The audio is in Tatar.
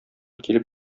килеп